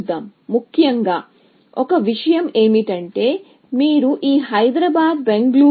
నా అంచనా ఎక్కువైతే అకారణంగా నేను చౌకైన పరిష్కారాన్ని కనుగొంటే అది సెర్చ్ స్పేస్ నుండి మినహాయించబడే అవకాశం ఉంది ముఖ్యంగా